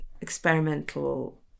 experimental